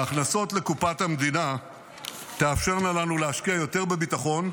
ההכנסות לקופת המדינה תאפשרנה לנו להשקיע יותר בביטחון,